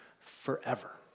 forever